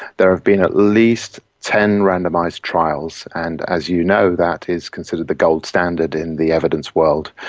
there have been at least ten randomised trials and, as you know, that is considered the gold standard in the evidence world,